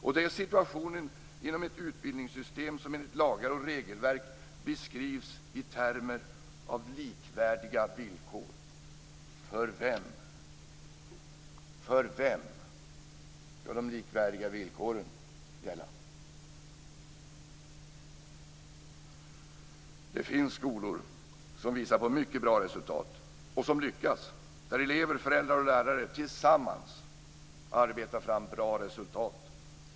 Det är situationen i ett utbildningssystem som enligt lagar och regelverk beskrivs i termer av likvärdiga villkor. För vem? För vem ska de likvärdiga villkoren gälla? Det finns skolor som visar på mycket bra resultat och som lyckas. Det är skolor där elever, föräldrar och lärare tillsammans arbetar fram bra resultat.